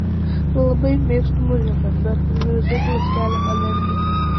labai mėgstu muziką bet miuziklas kelia alergiją